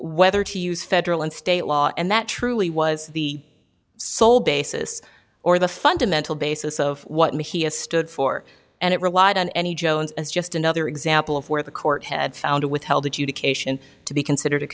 whether to use federal and state law and that truly was the sole basis or the fundamental basis of what he has stood for and it relied on any jones as just another example of where the court had found a withheld adjudication to be considered a